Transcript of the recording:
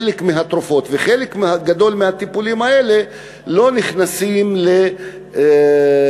חלק מהתרופות וחלק גדול מהטיפולים האלה לא נכנסים לסל